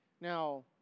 Now